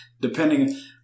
Depending